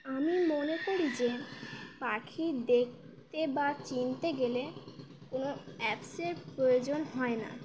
আমি মনে করি যে পাখি দেখতে বা চিনতে গেলে কোনো অ্যাপসের প্রয়োজন হয় না